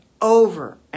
over